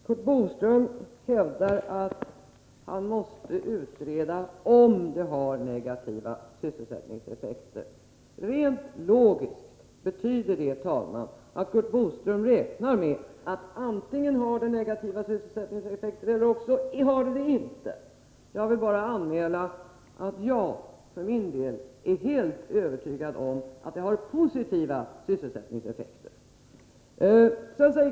Herr talman! Curt Boström hävdar att han måste utreda om detta har negativa sysselsättningseffekter. Rent logiskt betyder det, herr talman, att Curt Boström räknar med att det antingen har negativa sysselsättningseffekter eller inte. Jag vill bara anmäla att jag för min del är helt övertygad om att det har positiva sysselsättningseffekter.